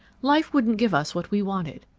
life wouldn't give us what we wanted.